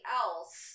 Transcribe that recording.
else